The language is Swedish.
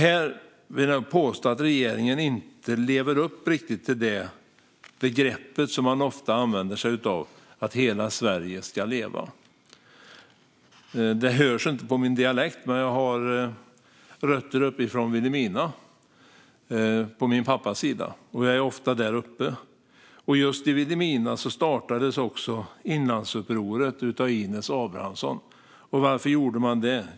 Enligt mig lever regeringen inte upp till det begrepp den ofta använder sig av, det vill säga att hela Sverige ska leva. Det hörs inte på min dialekt men jag har på min pappas sida rötter uppe i Vilhelmina. Jag är ofta där uppe. I just Vilhelmina startades inlandsupproret av Inez Abrahamsson. Varför gjorde hon det?